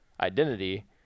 identity